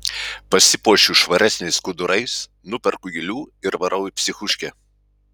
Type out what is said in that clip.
pasipuošiu švaresniais skudurais nuperku gėlių ir varau į psichuškę